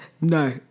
no